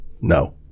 no